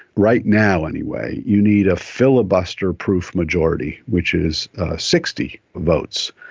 right now anyway, you need a filibuster proof majority which is sixty votes.